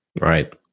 Right